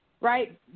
right